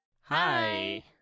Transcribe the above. Hi